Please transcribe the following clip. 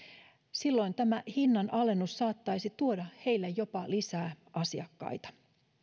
silloin tämä hinnan alennus saattaisi tuoda heille jopa lisää asiakkaita